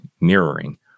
mirroring